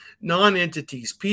Non-entities